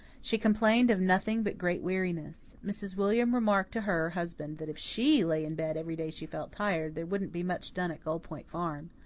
she complained of nothing but great weariness. mrs. william remarked to her husband that if she lay in bed every day she felt tired, there wouldn't be much done at gull point farm.